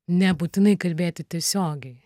nebūtinai kalbėti tiesiogiai